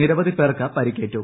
നിരവധി പേർക്ക് പരിക്കേറ്റു